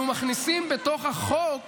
אנחנו מכניסים בתוך החוק